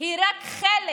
היא רק חלק